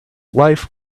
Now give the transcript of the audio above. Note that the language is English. life